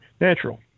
natural